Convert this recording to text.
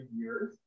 years